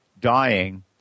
dying